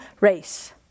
race